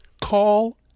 call